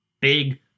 Big